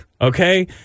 Okay